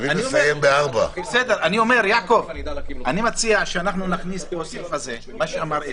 אני מציע שנכניס את הסעיף הזה, מה שאמר אפי,